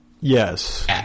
Yes